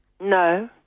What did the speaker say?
No